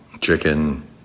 chicken